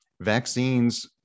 Vaccines